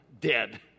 dead